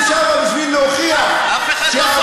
יש, הלכתי לשם בשביל להוכיח, אף אחד לא סופר אותך.